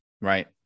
Right